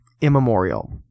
immemorial